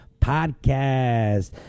podcast